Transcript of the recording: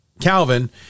Calvin